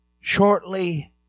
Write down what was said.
Shortly